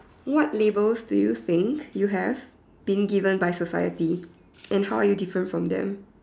what labels do you think you have been given by society and how are you different from them